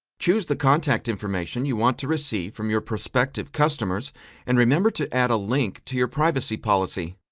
choose the contact information you want to receive from your perspective customers and remember to add a link to your privacy policy.